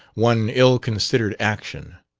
one ill-considered action,